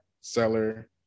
seller